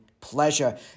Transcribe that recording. pleasure